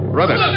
Brother